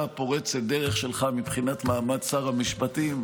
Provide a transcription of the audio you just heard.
פורצת הדרך שלך מבחינת מעמד שר המשפטים.